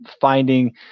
finding